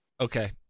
okay